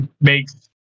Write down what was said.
makes